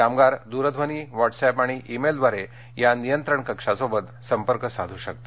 कामगार दूरध्वनी व्हॉटसऍप अथवा उेलद्वारे या नियंत्रण कक्षाशी संपर्क साधू शकतात